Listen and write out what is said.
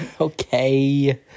Okay